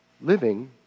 living